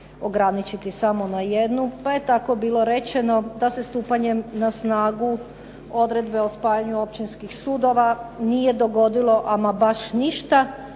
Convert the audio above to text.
ograničiti samo na jednu. Pa je tako bilo rečeno da se stupanjem na snagu odredbe o spajanju općinskih sudova nije dogodilo ama baš ništa,